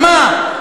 על מה?